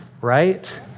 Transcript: Right